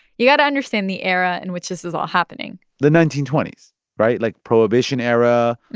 you got to understand the era in which this was all happening the nineteen twenty s right? like, prohibition era.